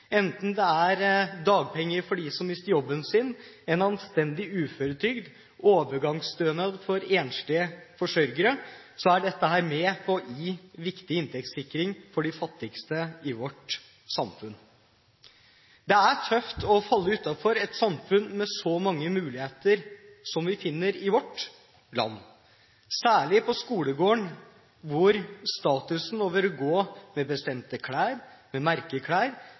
Enten det er dagpenger for dem som mister jobben sin, en anstendig uføretrygd eller overgangsstønad for enslige forsørgere er dette med på å gi viktig inntektssikring for de fattigste i vårt samfunn. Det er tøft å falle utenfor i et samfunn med så mange muligheter som vi finner i vårt land, særlig i skolegården, hvor den statusen det gir å gå med bestemte klær, med merkeklær,